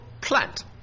Plant